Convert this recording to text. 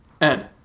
Ed